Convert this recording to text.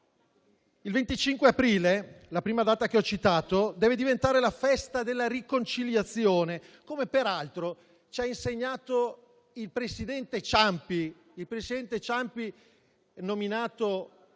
Il 25 aprile, la prima data che ho citato, deve diventare la festa della riconciliazione, come peraltro ci ha insegnato il presidente Ciampi, nominato